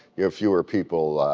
you have fewer people